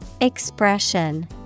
Expression